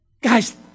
Guys